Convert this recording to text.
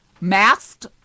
masked